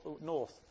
north